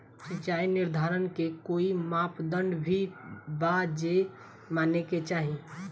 सिचाई निर्धारण के कोई मापदंड भी बा जे माने के चाही?